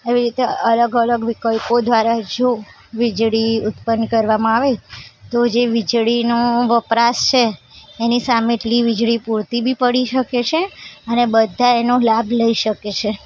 એવી રીતે અલગ અલગ વિકલ્પો દ્વારા જો વીજળી ઉત્પન્ન કરવામાં આવે તો જે વીજળીનો વપરાશ છે એની સામે એટલી વીજળી પૂરતી બી પડી શકે છે અને બધા એનો લાભ લઇ શકે છે